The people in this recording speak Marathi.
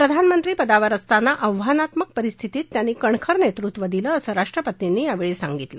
प्रधानमंत्रीपदावर असताना आव्हानात्मक परिस्थितीत त्यांनी कणखर नेतृत्व दिलं असं राष्ट्रपतींनी यावेळी सांगितलं